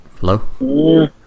Hello